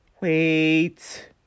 Wait